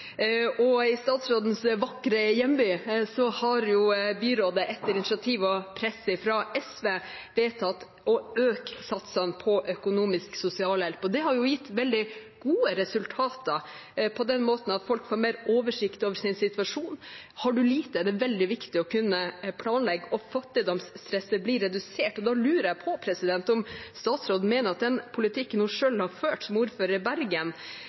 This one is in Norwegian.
I statsrådens vakre hjemby har byrådet etter initiativ og press fra SV vedtatt å øke satsene på økonomisk sosialhjelp, og det har gitt veldig gode resultater på den måten at folk får mer oversikt over sin situasjon. Har man lite, er det veldig viktig å kunne planlegge og fattigdomsstresset blir redusert. Da lurer jeg på om statsråden mener at den politikken hun selv har ført som ordfører i Bergen,